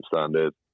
standard